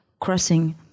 Crossing